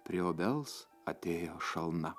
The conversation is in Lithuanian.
prie obels atėjo šalna